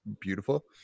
beautiful